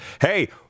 Hey